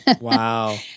Wow